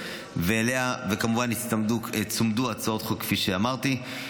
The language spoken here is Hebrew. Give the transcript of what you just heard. וכמובן הוצמדו אליה הצעות חוק כפי שאמרתי,